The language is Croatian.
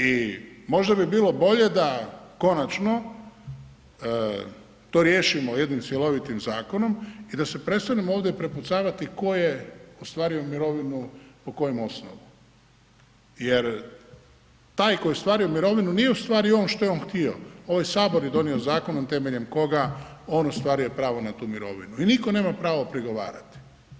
I možda bi bilo bolje da konačno to riješimo jednim cjelovitim zakonom i da se prestanemo ovdje prepucavati tko je ostvario mirovinu po kojem osnovu jer taj koji je ostvario mirovinu nije ostvario on što je on htio, ovaj Sabor je donio zakon temeljem koga on ostvaruje pravo na tu mirovinu i nitko nema pravo prigovarati.